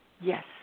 Yes